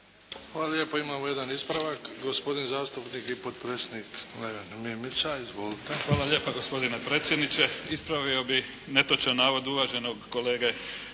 Hvala lijepo. Imamo jedan ispravak. Gospodin zastupnik i potpredsjednik Neven Mimica. Izvolite. **Mimica, Neven (SDP)** Hvala lijepa gospodine predsjedniče. Ispravio bih netočan navod uvaženog kolege